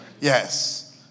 Yes